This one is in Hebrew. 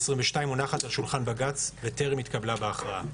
2022 מונחת על שולחן בג”ץ וטרם התקבלה החלטה.